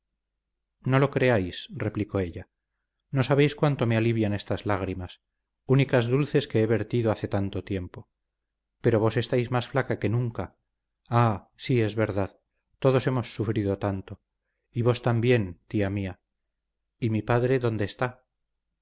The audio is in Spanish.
no lo creáis replicó ella no sabéis cuánto me alivian estas lágrimas únicas dulces que he vertido hace tanto tiempo pero vos estáis más flaca que nunca ah sí es verdad todos hemos sufrido tanto y vos también tía mía y mi padre dónde está